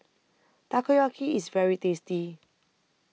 Takoyaki IS very tasty